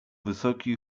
wysoki